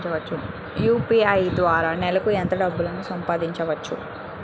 UPI ద్వారా నెలకు ఎంత వరకూ డబ్బులు పంపించవచ్చు?